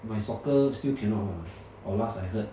my soccer still cannot lah or last I heard